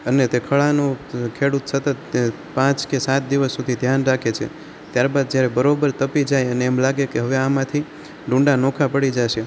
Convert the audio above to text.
અને તે ખડાનું ખેડૂત સતત પાંચ કે સાત દિવસ સુધી ધ્યાન રાખે છે ત્યારબાદ જ્યારે બરાબર તપી જાય એને એમ લાગે કે હવે આમાંથી ડૂંડા નોખા પડી જશે